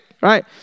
right